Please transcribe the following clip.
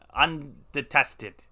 undetested